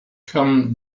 come